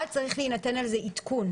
אבל צריך להינתן על זה עדכון